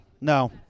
no